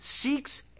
seeks